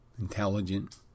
intelligent